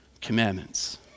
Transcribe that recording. commandments